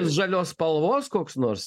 žalios spalvos koks nors